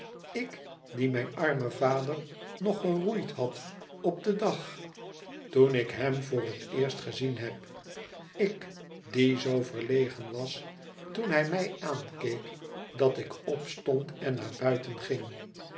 ik die mijn armen vader nog geroeid had op den dag toen ik hem voor het eerst gezien heb ik die zoo verlegen was toen hij mij aankeek dat ik opstond en naar buiten ging